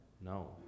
No